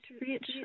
reach